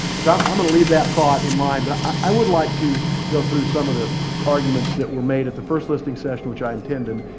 ah um i'm going to leave that thought in mind. but i would like to go through some of the arguments that were made at the first listening session, which i attended,